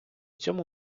цьому